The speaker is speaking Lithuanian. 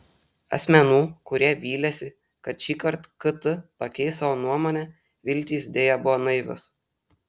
asmenų kurie vylėsi kad šįkart kt pakeis savo nuomonę viltys deja buvo naivios